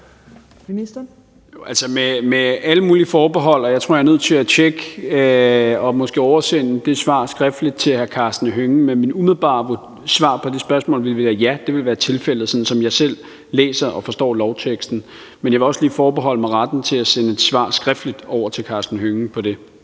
med alle mulige forbehold, og jeg tror, jeg er nødt til at tjekke det og måske oversende det svar skriftligt til hr. Karsten Hønge, vil mit umiddelbare svar på det spørgsmål være: Ja, det vil være tilfældet, sådan som jeg selv læser og forstår lovteksten. Men jeg vil også lige forbeholde mig retten til at sende et skriftligt svar over til hr. Karsten Hønge på det.